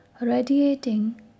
radiating